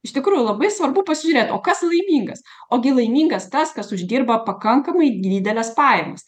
iš tikrųjų labai svarbu pasižiūrėt o kas laimingas ogi laimingas tas kas uždirba pakankamai dideles pajamas